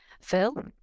Phil